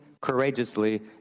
courageously